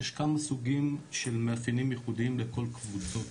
יש כמה סוגים של מאפיינים ייחודיים לכל קבוצות,